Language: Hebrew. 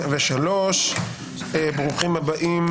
ברוכים הבאים